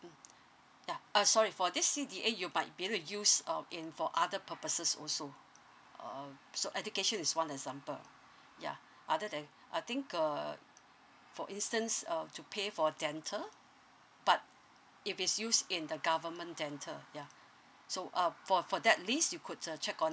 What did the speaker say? mm uh sorry for this C_D_A you might be able to use um in for other purposes also um so education is one example yeah other than I think err for instance uh to pay for dental but if it's used in the government dental ya so uh for for that list you could uh check on